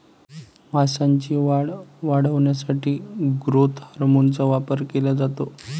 मांसाची वाढ वाढवण्यासाठी ग्रोथ हार्मोनचा वापर केला जातो